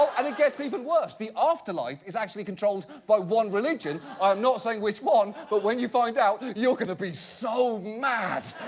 and it gets even worse. the after life is actually controlled by one religion. i'm not saying which one, but when you find out you're gonna be so mad.